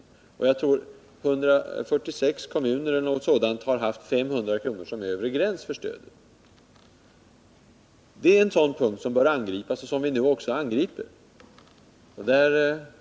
Jag tror att det är 146 kommuner som haft 500 kr. som övre gräns för stödet. Det är en sådan punkt som bör angripas och som vi nu också angriper.